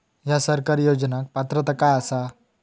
हया सरकारी योजनाक पात्रता काय आसा?